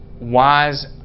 wise